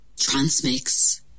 Transmix